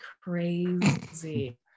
crazy